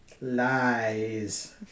Lies